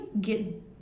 get